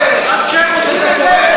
כשהם עושים את זה,